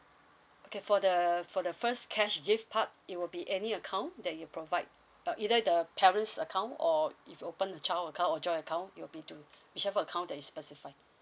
okay for the for the first cash gift part it will be any account that you provide uh either the parents account or if you open the child account or joint account it'll be to whichever account that is specify